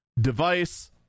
device